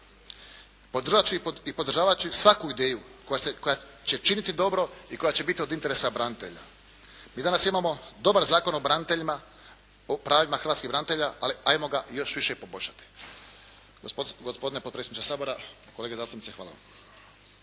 podržavat ću svaku ideju koja će činiti dobro i koja će biti od interesa branitelja. Mi danas imamo dobar Zakon o braniteljima, o pravima hrvatskih branitelja, ali hajmo ga još više poboljšati. Gospodine potpredsjedniče Sabora, kolege zastupnici hvala vam.